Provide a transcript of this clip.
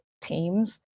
teams